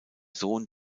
sohn